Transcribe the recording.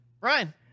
Ryan